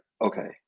okay